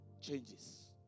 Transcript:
changes